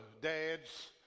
dads